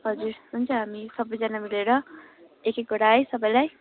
हजुर हुन्छ हामी सबैजना मिलेर एक एकवटा है सबैलाई